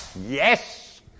yes